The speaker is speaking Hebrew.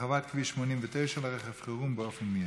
הרחבת כביש 89 לרכב חירום באופן מיידי.